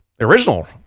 original